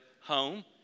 home